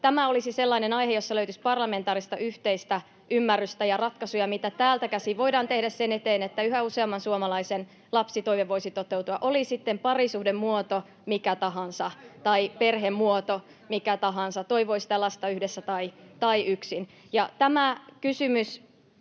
tämä olisi sellainen aihe, jossa löytyisi parlamentaarista yhteistä ymmärrystä ja ratkaisuja, mitä täältä käsin voidaan tehdä sen eteen, että yhä useamman suomalaisen lapsitoive voisi toteutua, oli sitten parisuhdemuoto mikä tahansa tai perhemuoto mikä tahansa, toivoi sitä lasta yhdessä tai yksin. Tämä kysymys